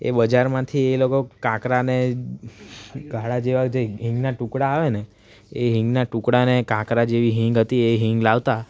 એ બજારમાંથી એ લોકો કાંકરા અને કાળા જેવા જે હિંગના ટુકડાં આવે ને એ હિંગના ટુકડા ને કાંકરા જેવી હિંગ હતી એ હિંગ લાવતાં